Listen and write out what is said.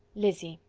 lizzy,